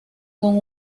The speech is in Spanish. con